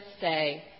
say